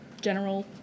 general